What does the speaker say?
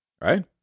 right